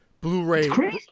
Blu-ray